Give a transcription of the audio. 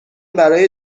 برای